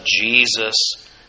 Jesus